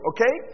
Okay